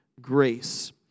grace